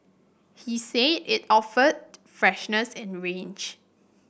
he said it offered freshness and range